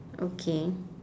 okay